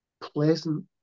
pleasant